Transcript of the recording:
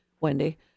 Wendy